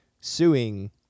suing